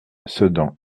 sedan